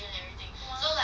!wow!